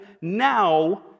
now